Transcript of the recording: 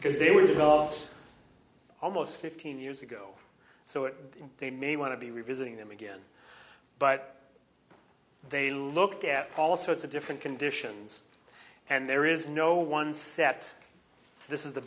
because they were almost fifteen years ago so it they may want to be revisiting them again but they looked at all sorts of different conditions and there is no one set this is the